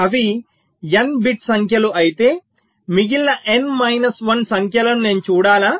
అవి n bit సంఖ్యలు అయితే మిగిలిన n మైనస్ 1 సంఖ్యలను నేను చూడాలా